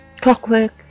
clockwork